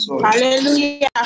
Hallelujah